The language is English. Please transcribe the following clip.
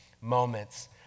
moments